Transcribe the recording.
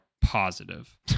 positive